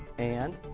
and.